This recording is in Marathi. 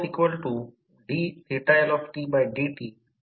हे कसे शक्य आहे की दोन जोडण्या शक्य आहेत